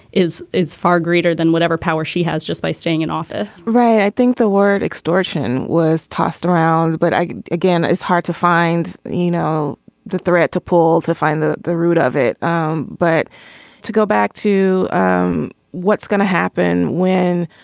is is far greater than whatever power she has just by staying in office right. i think the word extortion was tossed around. but again it's hard to find you know the threat to polls to find the the root of it um but to go back to um what's going to happen when